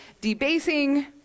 debasing